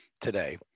today